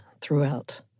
throughout